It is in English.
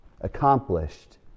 accomplished